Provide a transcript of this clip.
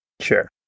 Sure